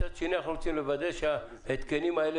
מצד שני אנחנו רוצים לוודא שההתקנים האלה